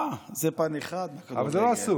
אבל זה לא אסור.